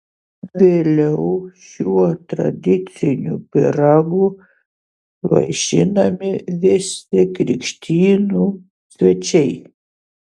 vėliau šiuo tradiciniu pyragu vaišinami visi krikštynų svečiai